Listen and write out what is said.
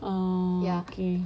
oh okay